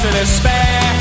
despair